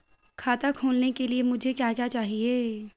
खाता खोलने के लिए मुझे क्या क्या चाहिए?